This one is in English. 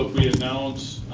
we announce,